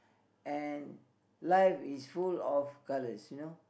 and life is full of colours you know